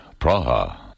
Praha